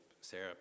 sarah